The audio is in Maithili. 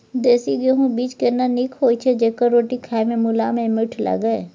देसी गेहूँ बीज केना नीक होय छै जेकर रोटी खाय मे मुलायम आ मीठ लागय?